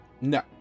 No